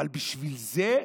אבל בשביל זה,